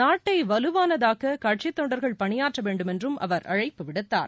நாட்டை வலுவானதாக்க கட்சித் தொண்டர்கள் பணியாற்ற வேண்டும் என்றும் அவர் அழைப்பு விடுத்தார்